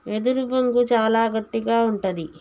వెదురు బొంగు చాలా గట్టిగా ఉంటది